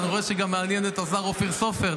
אני רואה שזה מעניין גם את השר אופיר סופר.